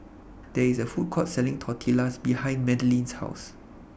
There IS A Food Court Selling Tortillas behind Madeline's House